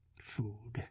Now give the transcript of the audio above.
Food